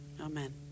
Amen